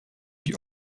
die